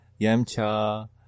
Yamcha